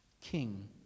King